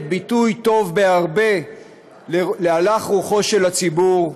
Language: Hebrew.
ביטוי טוב בהרבה להלך רוחו של הציבור,